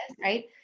right